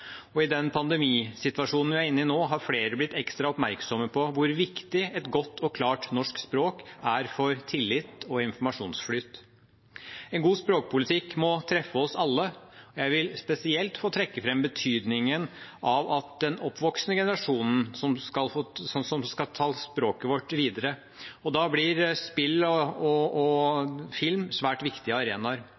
I den pandemisituasjonen vi er inne i nå, har flere blitt ekstra oppmerksomme på hvor viktig et godt og klart norsk språk er for tillit og informasjonsflyt. En god språkpolitikk må treffe oss alle. Jeg vil spesielt få trekke fram betydningen av den oppvoksende generasjonen, som skal ta språket vårt videre. Da blir spill og film svært viktige arenaer.